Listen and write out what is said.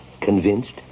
convinced